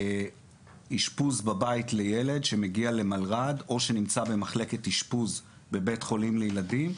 אשפוז בבית לילד שמגיע למלר"ד או שנמצא במחלקת אשפוז בבית חולים לילדים,